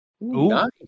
Nice